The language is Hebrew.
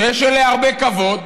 שיש אליה הרבה כבוד,